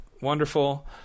wonderful